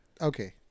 Okay